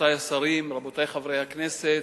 רבותי השרים, רבותי חברי הכנסת,